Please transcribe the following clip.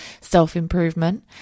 self-improvement